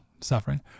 suffering